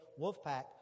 Wolfpack